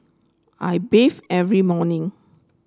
I bathe every morning